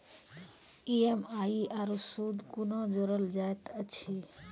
EMI आरू सूद कूना जोड़लऽ जायत ऐछि?